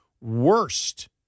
worst